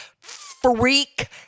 freak